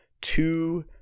two